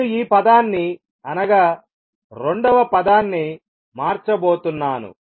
నేను ఈ పదాన్ని అనగా రెండవ పదాన్ని మార్చబోతున్నాను